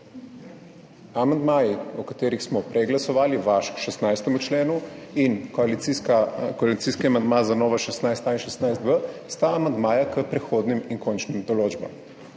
Amandmaji, o katerih smo prej glasovali, vaš k 16. členu in koalicijski amandma za nova 16.a in 16.b, sta amandmaja k prehodnim in končnim določbam.